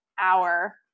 hour